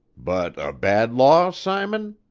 but a bad law, simon?